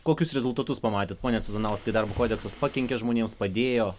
kokius rezultatus pamatėt pone cuzanauskai darbo kodeksas pakenkė žmonėms padėjo